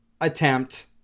attempt